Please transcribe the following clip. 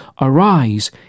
Arise